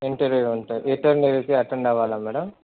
interview ఉంటుంది ఇంటర్వ్యూకి attend అవ్వాలా మేడం